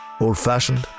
old-fashioned